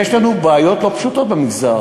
יש לנו בעיות לא פשוטות במגזר,